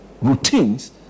routines